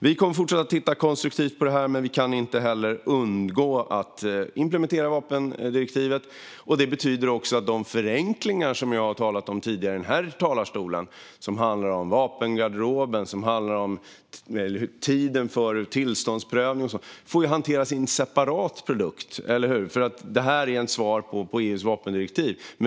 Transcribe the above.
Vi kommer att fortsätta att titta konstruktivt på det här, men vi kan inte heller undgå att implementera vapendirektivet. Det betyder också att de förenklingar som jag har talat om tidigare i den här talarstolen som handlar om vapengarderoben och tiden för tillståndsprövning får hanteras i en separat produkt, eftersom det här är ett svar på EU:s vapendirektiv.